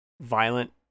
violent